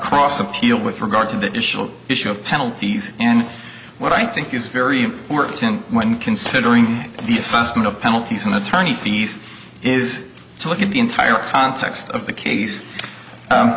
across appeal with regard to the initial issue of penalties and what i think is very important when considering these fast no penalties and attorney fees is to look at the entire context of the case